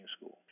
school